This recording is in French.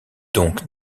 donc